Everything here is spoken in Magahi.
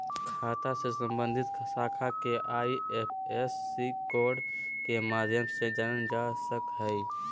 खाता से सम्बन्धित शाखा के आई.एफ.एस.सी कोड के माध्यम से जानल जा सक हइ